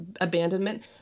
abandonment